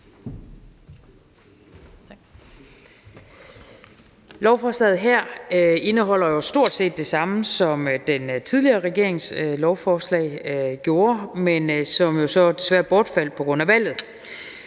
Lovforslaget her indeholder jo stort set det samme, som den tidligere regerings lovforslag gjorde, men som desværre bortfaldt på grund af valget.